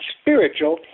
spiritual